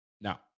Now